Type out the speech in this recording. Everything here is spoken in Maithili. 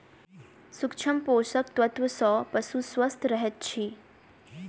सूक्ष्म पोषक तत्व सॅ पशु स्वस्थ रहैत अछि